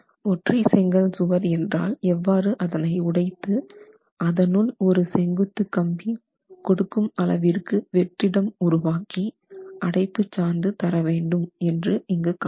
ஒற்றை செங்கல் சுவர் என்றால் எவ்வாறு அதனை உடைத்து அதனுள் ஒரு செங்குத்து கம்பி கொடுக்கும் அளவிற்கு வெற்றிடம் உருவாக்கி அடைப்புச்சாந்து தர வேண்டும் என்று இங்கு காணலாம்